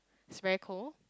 it's very cold